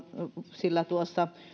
sillä